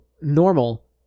normal